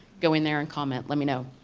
go in there and comment, let me know.